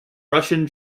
russian